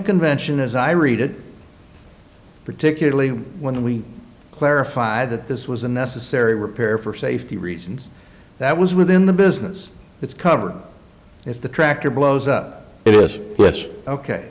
convention as i read it particularly when we clarified that this was a necessary repair for safety reasons that was within the business it's covered if the tractor blows up